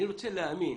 אני רוצה להאמין